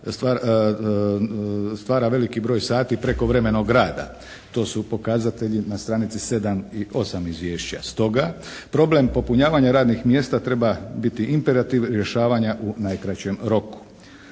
stvara veliki broj sati prekovremenog rada. To su pokazatelji na stranici 7. i 8. izvješća. Stoga problem popunjavanja radnih mjesta treba biti imperativ rješavanja u najkraćem roku.